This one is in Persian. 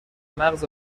مغز